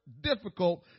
difficult